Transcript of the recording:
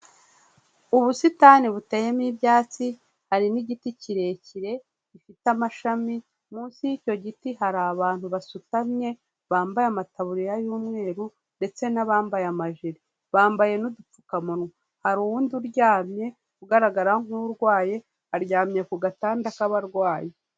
Ubusitani buteyemo ibyatsi hari n'igiti kirekire gifite amashami, munsi y'icyo giti hari abantu basutamye bambaye amataburiya y'umweru ndetse n'abambaye amajire bambaye n'udupfukamunwa, hari uw'undi uryamye ugaragara nk'urwaye aryamye ku gatanda k'abarwayi.